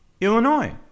Illinois